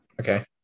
Okay